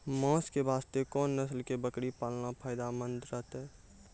मांस के वास्ते कोंन नस्ल के बकरी पालना फायदे मंद रहतै?